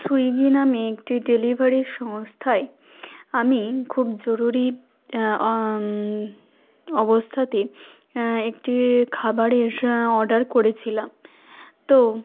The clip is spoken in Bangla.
সুইগি নামে একটি ডেলিভারি সংস্থায় আমি খুব জরুরি অবস্থাতে একটি খাবারের অর্ডার করেছিলাম তো